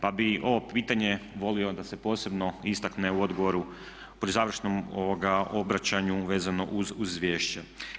Pa bi ovo pitanje volio da se posebno istakne u odgovoru, pri završnom obraćanju vezano uz izvješće.